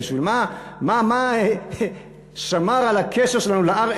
מה שמר על הקשר שלנו לארץ,